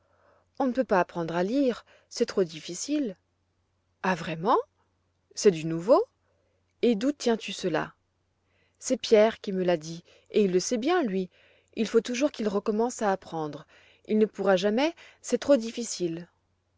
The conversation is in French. on ne peut pas apprendre à lire c'est trop difficile ah vraiment c'est du nouveau et d'où tiens-tu cela c'est pierre qui me l'a dit et il le sait bien lui il faut toujours qu'il recommence à apprendre il ne pourra jamais c'est trop difficile